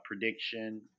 prediction